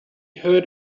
heard